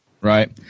Right